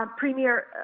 um premier,